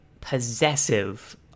possessive